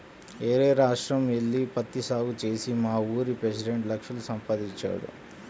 యేరే రాష్ట్రం యెల్లి పత్తి సాగు చేసి మావూరి పెసిడెంట్ లక్షలు సంపాదించాడు